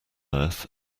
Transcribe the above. earth